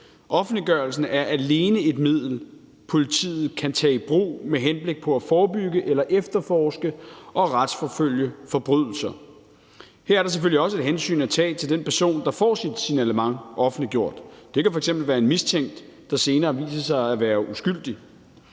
Offentliggørelsen er alene et middel, politiet kan tage i brug med henblik på at forebygge eller efterforske og retsforfølge forbrydelser. Her er der selvfølgelig også et hensyn at tage til den person, der får sit signalement offentliggjort. Det kan f.eks. være en mistænkt, der senere viser sig at være uskyldig.